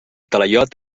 talaiot